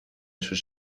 sus